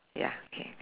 ya okay